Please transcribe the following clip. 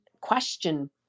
question